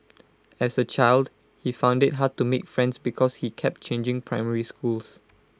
as A child he found IT hard to make friends because he kept changing primary schools